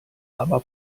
aber